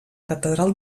catedral